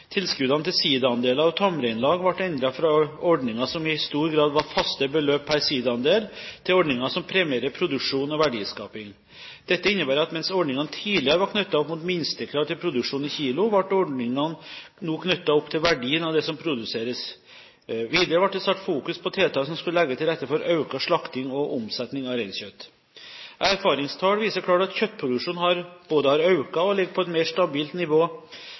Tilskuddene til siidaandeler og tamreinlag ble endret fra ordninger som i stor grad var faste beløp per siidaandel, til ordninger som premierer produksjon og verdiskaping. Dette innebærer at mens ordningene tidligere var knyttet opp mot et minstekrav til produksjon i kilo, ble ordningene nå knyttet til verdien av det som produseres. Videre ble det satt fokus på tiltak som skulle legge til rette for økt slakting og omsetning av reinkjøtt. Erfaringstall viser klart at kjøttproduksjonen både har økt og ligger på et mer stabilt nivå